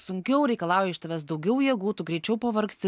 sunkiau reikalauja iš tavęs daugiau jėgų tu greičiau pavargsti